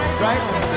Right